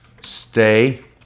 stay